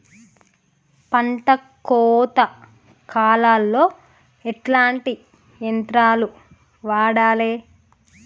పంట కోత కాలాల్లో ఎట్లాంటి యంత్రాలు వాడాలే?